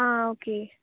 हां ओके